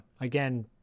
Again